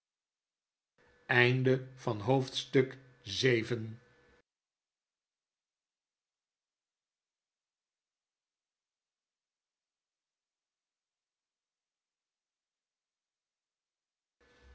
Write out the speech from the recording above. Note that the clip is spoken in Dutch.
straat van het